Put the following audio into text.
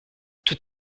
tout